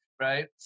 right